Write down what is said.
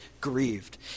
grieved